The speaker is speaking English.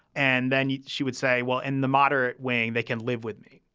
and then she would say, well, in the moderate way, they can live with me.